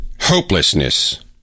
Hopelessness